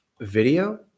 video